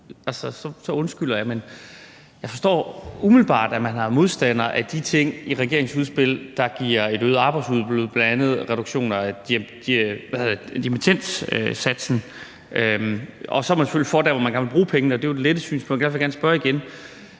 og så undskylder jeg, er man modstander af de ting i regeringens udspil, der giver et øget arbejdsudbud, bl.a. reduktioner af dimittendsatsen, og så er man selvfølgelig for der, hvor man gerne vil bruge pengene, og det er jo det lette synspunkt.